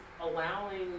allowing